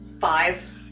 Five